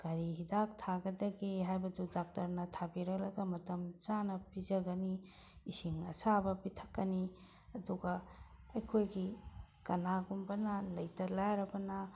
ꯀꯔꯤ ꯍꯤꯗꯥꯛ ꯊꯥꯒꯗꯒꯦ ꯍꯥꯏꯕꯗꯨ ꯗꯣꯛꯇꯔꯅ ꯊꯥꯕꯤꯔꯛꯂꯒ ꯃꯇꯝ ꯆꯥꯅ ꯄꯤꯖꯒꯅꯤ ꯏꯁꯤꯡ ꯑꯁꯥꯕ ꯄꯤꯊꯛꯀꯅꯤ ꯑꯗꯨꯒ ꯑꯩꯈꯣꯏꯒꯤ ꯀꯅꯥꯒꯨꯝꯕꯅ ꯂꯩꯇ ꯂꯥꯏꯔꯕꯅ